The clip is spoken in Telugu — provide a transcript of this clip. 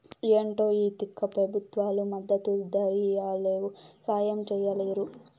ఏంటో ఈ తిక్క పెబుత్వాలు మద్దతు ధరియ్యలేవు, సాయం చెయ్యలేరు